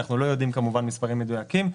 אנחנו לא יודעים כמובן מספרים מדויקים,